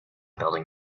building